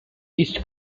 east